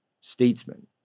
statesman